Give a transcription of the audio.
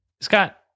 Scott